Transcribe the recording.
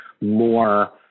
more